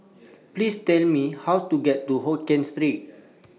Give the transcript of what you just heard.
Please Tell Me How to get to Hokien Street